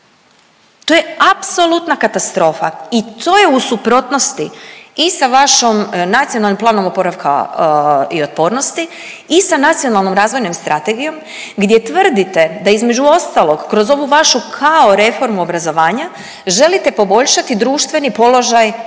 To je apsolutna katastrofa i to je u suprotnosti i sa vašom Nacionalnim planom oporavka i otpornosti i sa Nacionalnom razvojnom strategijom gdje tvrdite da između ostalog, kroz ovu vašu kao reformu obrazovanja želite poboljšati društveni položaj